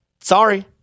Sorry